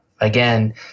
again